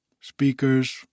Speakers